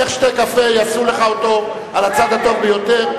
לך, שתה קפה, יעשו לך אותו על הצד הטוב ביותר.